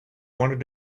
wanted